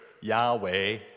Yahweh